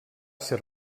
ser